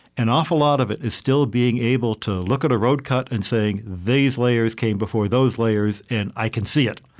an awful lot of it is still being able to look at a road cut and saying these layers came before those layers, and i can see it.